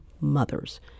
mothers